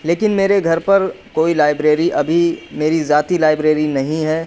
لیکن میرے گھر پر کوئی لائبریری ابھی میری ذاتی لائبریری نہیں ہے